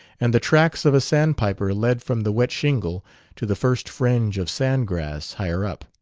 and the tracks of a sandpiper led from the wet shingle to the first fringe of sandgrass higher up.